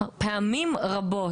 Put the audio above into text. פעמים רבות.